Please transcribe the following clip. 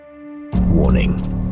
Warning